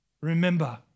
Remember